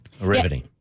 Riveting